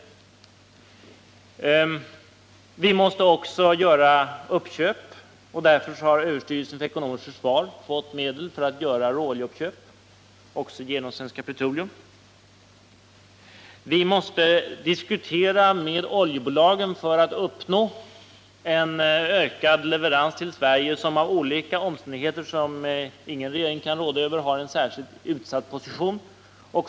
Vi måste också göra uppköp, och därför har överstyrelsen för ekonomiskt försvar fått medel för att göra råoljeuppköp, också genom Svenska Petroleum. Vi måste vidare diskutera med oljebolagen för att uppnå en ökad leverans av olja till Sverige, som av olika omständigheter, som ingen regering kan råda över, har en särskilt utsatt position.